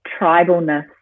tribalness